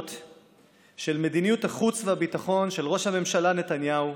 מהפירות של מדיניות החוץ והביטחון של ראש הממשלה נתניהו,